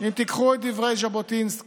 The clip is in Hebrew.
אם תיקחו את דברי ז'בוטינסקי,